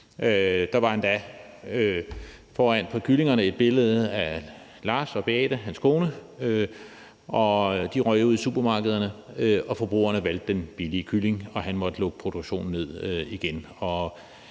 Der var endda foran på kyllingeemballagen et billede af Lars og Beathe, hans kone. Kyllingerne røg ud i supermarkederne, forbrugerne valgte den billige kylling, og han måtte lukke produktionen ned igen.